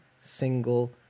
single